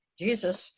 jesus